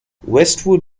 westwood